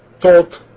taught